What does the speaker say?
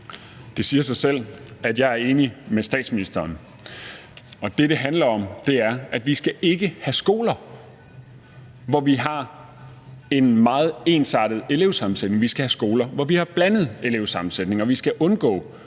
Det siger sig selv, at jeg er enig med statsministeren. Det, det handler om, er, at vi ikke skal have skoler med en meget ensartet elevsammensætning. Vi skal have skoler med en blandet elevsammensætning. Og vi skal undgå,